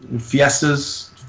Fiestas